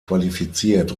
qualifiziert